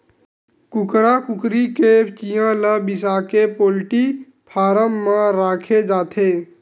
कुकरा कुकरी के चिंया ल बिसाके पोल्टी फारम म राखे जाथे